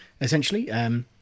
essentially